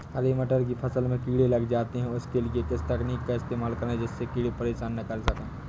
हरे मटर की फसल में कीड़े लग जाते हैं उसके लिए किस तकनीक का इस्तेमाल करें जिससे कीड़े परेशान ना कर सके?